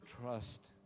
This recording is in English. trust